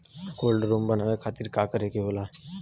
Cold room बनावे खातिर का करे के होला?